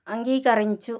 అంగీకరించు